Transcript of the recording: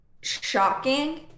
shocking